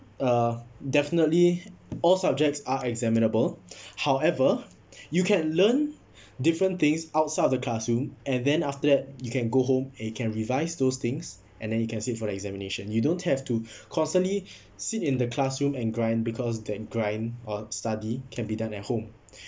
uh definitely all subjects are examinable however you can learn different things outside of the classroom and then after that you can go home and you can revise those things and then you can sit for examination you don't have to constantly sit in the classroom and grind because that grind uh study can be done at home